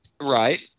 Right